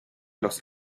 los